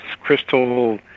crystal